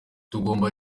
tugomba